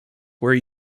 where